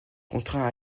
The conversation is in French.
contraint